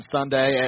Sunday